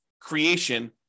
creation